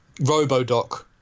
RoboDoc